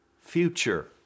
future